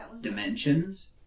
dimensions